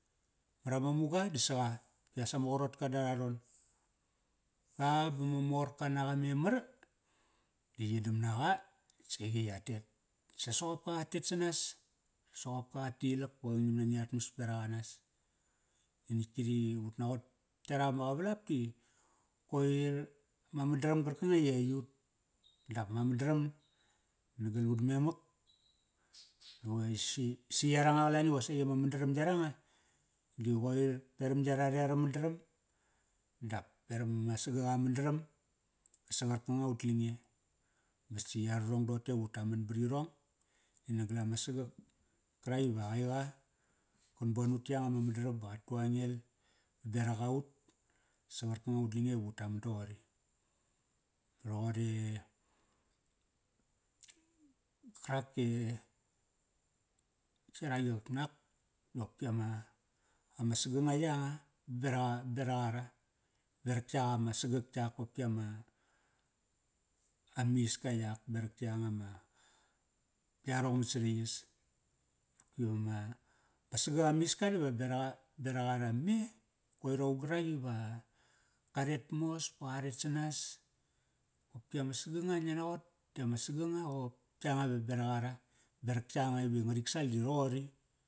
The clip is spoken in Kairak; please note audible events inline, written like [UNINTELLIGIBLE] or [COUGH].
Marama muga da saqa i as ama qarotka dara ron. Ba, ba ma morka naqa memar, di yi dam naqa, natk siqi ya tet. Sa soqopka qa tet sanas, soqopka qa tilak pa qang ngiam nani atmas beraqanas. I nitk kri, ut naqot yarap ma qavalap ti qoir ma madaram qarkanga i aiyut dap ma madaram nagal utmenak. Bave [UNINTELLIGIBLE] si yaranga qalani qosaqi ama mandaram yaranga di qoir veram yarare ara madaram dap peram ma sagak a madaram. Sa qarkanga ut lange, ve si yararong doqote vutaman barirong i nagal ama sagak karak iva aiqa qan bon ut ta yanga ma mandaram ba qa tu a ngel berak aut sa qarkanga ut lange ve taman doqori. Roqore karak e yarak i qak nak, d qopki ama, ama saganga yanga berak a, berak ara. Berak yak ama sagak yak qopki ama, amisk yak berak yanga ma, yarong mat saraiyas. Ki vama, ma sagak amiska diva berak a, berak ara me. Qoir aung qarak iva qa ret mos ba qaret sanas, kopki ama saganga ngia naqot di ama saganga qop yanga iva berak ara. Berak yanga ive ngarik sal dive roqori.